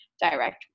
direct